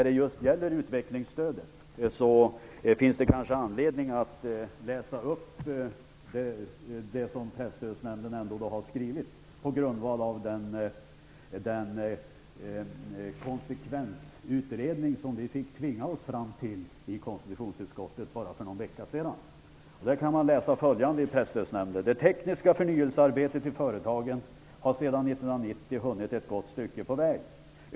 Det finns kanske anledning att i det här sammanhanget läsa upp vad Presstödsnämnden har skrivit om utvecklingsstödet, på grundval av den konsekvensutredning som vi i konstitutionsutskottet fick tvinga oss till för bara någon vecka sedan. Presstödsnämnden skriver följande: Det tekniska förnyelsearbetet i företagen har sedan 1990 hunnit ett gott stycke på väg.